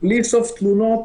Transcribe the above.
בלי סוף תלונות